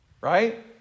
right